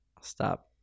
stop